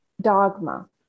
dogma